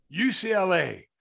UCLA